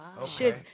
Okay